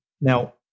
Now